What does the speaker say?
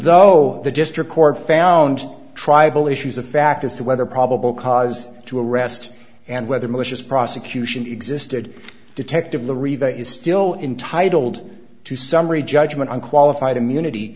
though the district court found tribal issues of fact as to whether probable cause to arrest and whether malicious prosecution existed detective the riva is still intitled to summary judgment on qualified immunity